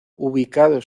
ubicado